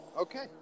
Okay